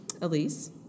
Elise